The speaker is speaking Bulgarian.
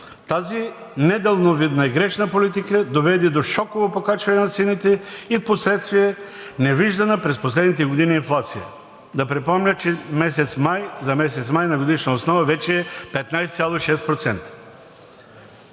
Тази недалновидна и грешна политика доведе до шоково покачване на цените и впоследствие невиждана през последните години инфлация – да припомня, че за месец май на годишна основа вече е 15,6%.